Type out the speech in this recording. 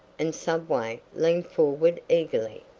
and subway leaned forward eagerly.